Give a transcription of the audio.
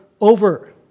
over